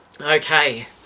Okay